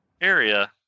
area